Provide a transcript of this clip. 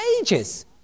ages